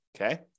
Okay